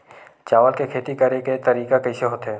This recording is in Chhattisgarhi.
चावल के खेती करेके तरीका कइसे होथे?